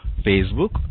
Facebook